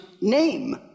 name